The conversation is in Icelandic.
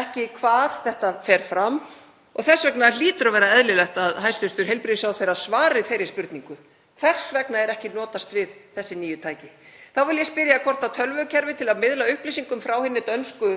ekki hvar þetta fer fram og þess vegna hlýtur að vera eðlilegt að hæstv. heilbrigðisráðherra svari þeirri spurningu hvers vegna ekki er notast við þessi nýju tæki. Þá vil ég spyrja hvort tölvukerfi til að miðla upplýsingum frá hinni dönsku